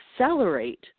accelerate